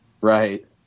right